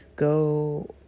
go